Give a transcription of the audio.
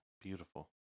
Beautiful